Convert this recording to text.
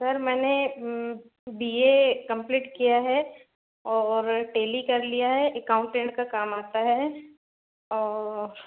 sir मैंने B A complete किया है और टेली कर लिया है अकाउंटेंट का काम आता है और